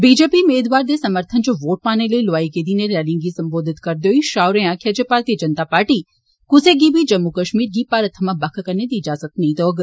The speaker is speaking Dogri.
बीजेपी मेदवार दे समर्थन च वोट पाने लेई लोआई गेदी इनें रैलियें गी संबोधित करदे होई शाह होरें आक्खेआ जे भारतीय जनता पार्टी कुसै गी बी जम्मू कश्मीर गी भारत थमां बक्ख करने दी ईजाजत नेई देग